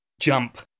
jump